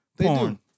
porn